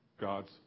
God's